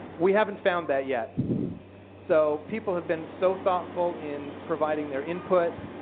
we haven't found that yet so people have been so thoughtful in providing their input,